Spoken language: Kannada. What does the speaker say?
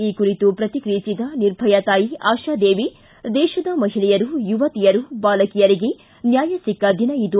ಈ ಕುರಿತು ಪ್ರತಿಕ್ರಿಯಿಸಿದ ನಿರ್ಭಯಾ ತಾಯಿ ಆಶಾದೇವಿ ದೇಶದ ಮಹಿಳೆಯರು ಯುವತಿಯರು ಬಾಲಕಿಯರಿಗೆ ನ್ನಾಯ ಸಿಕ್ಕ ದಿನ ಇದು